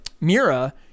Mira